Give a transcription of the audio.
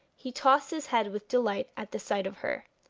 he tossed his head with delight at the sight of her,